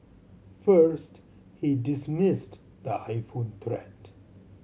first he dismissed the iPhone threat